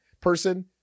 person